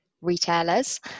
retailers